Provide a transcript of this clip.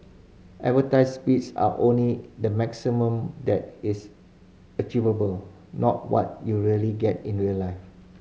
advertised speeds are only the maximum that is achievable not what you really get in real life